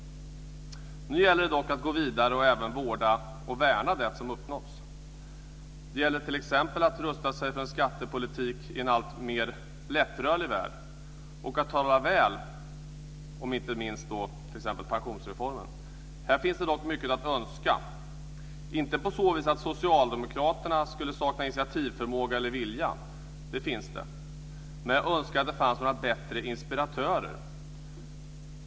Nu är det dags att gå vidare och vårda och värna det som har uppnåtts. Det gäller t.ex. att rusta sig för en skattepolitik i en alltmer lättrörlig värld och att tala väl om inte minst pensionsreformen. Här finns det dock mycket att önska. Inte så att Socialdemokraterna skulle sakna förmåga och vilja - det har de - men jag önskar att det fanns bättre inspiratörer.